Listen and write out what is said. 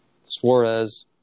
Suarez